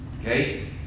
Okay